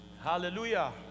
Hallelujah